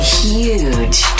huge